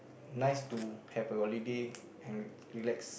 nice to have a holiday and relax